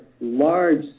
large